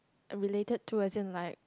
uh related to as in like